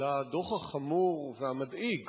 לדוח החמור והמדאיג